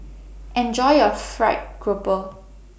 Enjoy your Fried Grouper